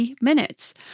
minutes